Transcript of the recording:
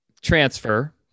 transfer